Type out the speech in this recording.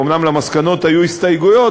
אומנם היו למסקנות הסתייגויות,